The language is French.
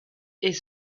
est